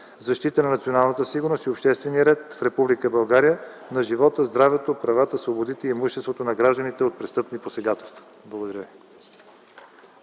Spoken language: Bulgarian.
защита на националната сигурност и обществения ред в Република България, на живота, здравето, правата, свободите и имуществото на гражданите от престъпни посегателства. Благодаря.